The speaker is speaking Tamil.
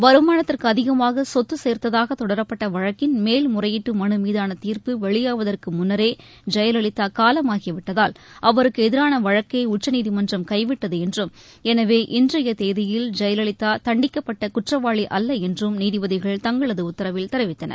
வருமானத்திற்கு அதிகமாக சொத்து சேர்த்ததாக தொடரப்பட்ட வழக்கின் மேல்முறையீட்டு மனு மீதான தீர்ப்பு வெளியாவதற்கு முன்னரே ஜெயலலிதா காலமாகிவிட்டதால் அவருக்கு எதிரான வழக்கை உச்சநீதிமன்றம் கைவிட்டது என்றும் எனவே இன்றைய தேதியில் ஜெயலலிதா தண்டிக்கப்பட்ட குற்றவாளி அல்ல என்றும் நீதிபதிகள் தங்களது உத்தரவில் தெரிவித்தனர்